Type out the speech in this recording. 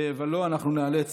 ולא, אנחנו ניאלץ